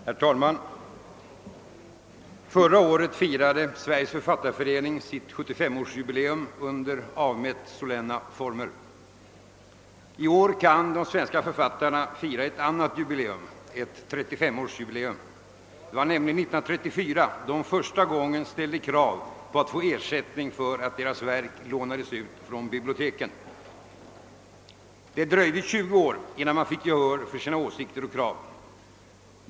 Herr talman! Förra året firade Sveriges författareförening sitt 75-årsjubileum under avmätt solenna former. I år kan de svenska författarna fira ett annat jubileum ett 35-årsjubileum. Det var nämligen år 1934 de första gången ställde krav på att få ersättning för att deras verk lånades ut från biblioteken. Det dröjde 20 år innan författarna fick gehör för sina åsikter och krav.